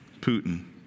Putin